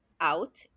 out